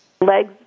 legs